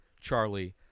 Charlie